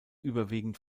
überwiegend